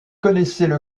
connaissaient